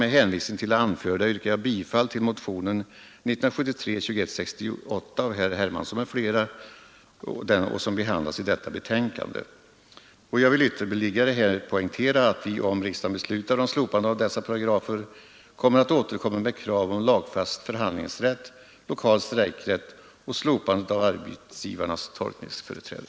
Med hänvisning till det anförda yrkar jag bifall till motionen 2168 av herr Hermansson. Jag vill ytterligare poängtera att vi, om riksdagen beslutar om slopande av de här aktuella paragraferna, skall återkomma med krav på lagfäst förhandlingsrätt, lokal strejkrätt och slopande av arbetsgivarnas tolkningsföreträde.